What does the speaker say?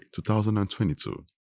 2022